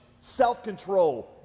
self-control